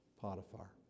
Potiphar